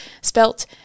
spelt